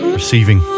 receiving